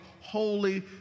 holy